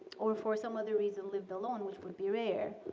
or for some other reason lived alone which would be rare.